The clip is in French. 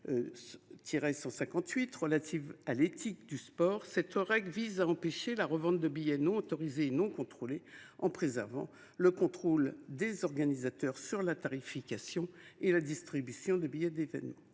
manifestations sportives et culturelles, cette règle vise à empêcher la revente de billets non autorisée et non contrôlée, en préservant le contrôle des organisateurs sur la tarification et la distribution de billets d’événements.